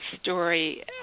story